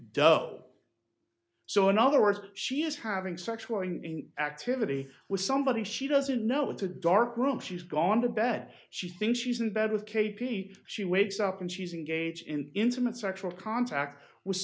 does so in other words she is having sexual or in activity with somebody she doesn't know what to dark room she's gone to bed she thinks she's in bed with k p c she wakes up and she's engaged in intimate sexual contact with